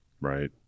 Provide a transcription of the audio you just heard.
Right